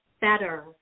better